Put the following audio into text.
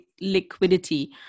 liquidity